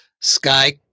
Sky